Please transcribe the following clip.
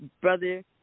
Brother